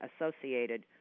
associated